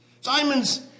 Simon's